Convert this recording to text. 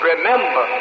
Remember